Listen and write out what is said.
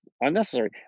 unnecessary